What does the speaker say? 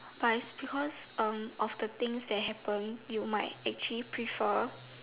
but is because um of the things that happen you might actually prefer